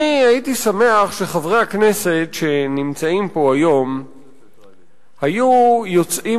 אני הייתי שמח אם חברי הכנסת שנמצאים פה היום היו יוצאים